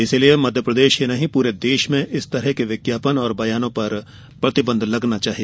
इसलिए मध्यप्रदेश ही नहीं पूरे देश में इस तरह के विज्ञापन और बयानों पर प्रतिबंध लगना चाहिए